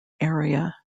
area